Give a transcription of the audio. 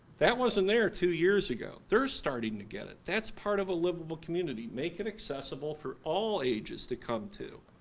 that wasn't there two years ago. they're starting to get it. that's part of a liveable community. make it accessible for all ages to come to.